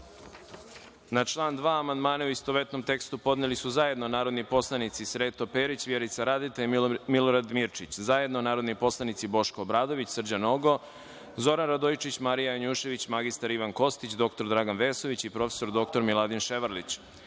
član 2. amandmane u istovetnom tekstu podneli su zajedno narodni poslanici Sreto Perić, Vjerica Radeta i Milorad Mirčić, zajedno narodni poslanici Boško Obradović, Srđan Nogo, Zoran Radojičić, Marija Janjušević, mr Ivan Kostić, dr Dragan Vesović i prof. dr Miladin Ševarlić,